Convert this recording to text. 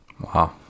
Wow